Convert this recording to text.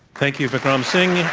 thank you, vikram singh.